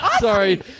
sorry